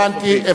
הבנתי,